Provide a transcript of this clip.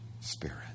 Spirit